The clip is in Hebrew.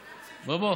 בוא.